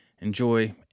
enjoy